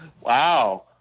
wow